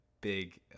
big